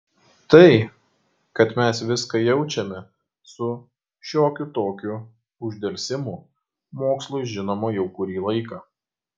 tai kad mes viską jaučiame su šiokiu tokiu uždelsimu mokslui žinoma jau kurį laiką